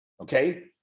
okay